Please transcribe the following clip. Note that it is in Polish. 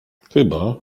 chyba